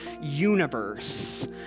universe